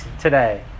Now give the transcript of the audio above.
today